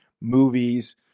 movies